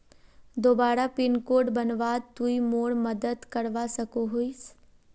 दोबारा pin code बनवात तुई मोर मदद करवा सकोहिस?